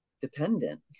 dependent